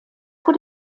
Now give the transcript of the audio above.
vor